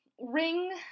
ring